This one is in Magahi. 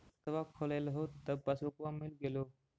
खतवा खोलैलहो तव पसबुकवा मिल गेलो?